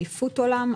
אליפות עולם,